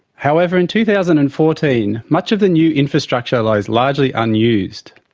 however, in two thousand and fourteen, much of the new infrastructure lies largely unused.